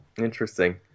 interesting